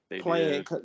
playing